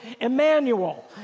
Emmanuel